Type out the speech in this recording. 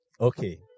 Okay